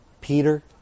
Peter